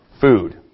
food